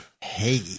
Hey